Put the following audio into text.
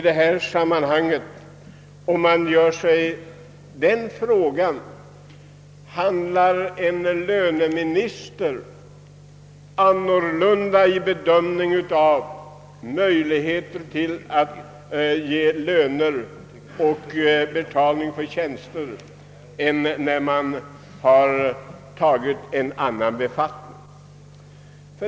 Det förefaller som om en löneminister på ett helt annat sätt bedömer möjligheterna att betala ut löner när han fått en annan befattning.